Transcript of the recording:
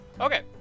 Okay